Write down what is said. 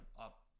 up